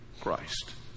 Christ